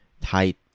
tight